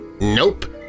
Nope